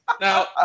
Now